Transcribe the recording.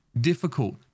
difficult